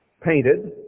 painted